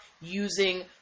using